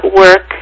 work